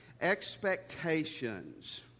Expectations